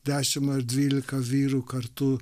dešim ar dvylika vyrų kartu